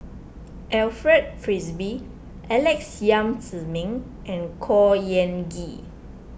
Alfred Frisby Alex Yam Ziming and Khor Ean Ghee